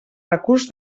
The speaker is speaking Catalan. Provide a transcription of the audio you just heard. recurs